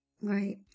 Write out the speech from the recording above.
Right